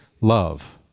love